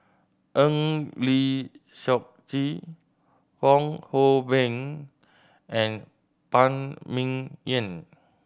Eng Lee Seok Chee Fong Hoe Beng and Phan Ming Yen